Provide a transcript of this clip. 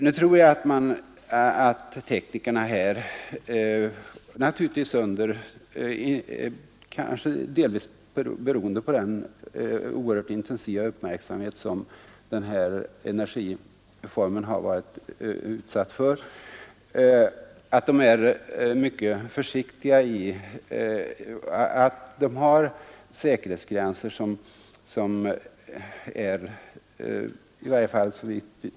Nu tror jag att de svenska teknikerna — kanske delvis beroende på den oerhört intensiva uppmärksamhet som denna energiform har varit utsatt för — har säkerhetsgränser som är betryggande.